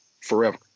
forever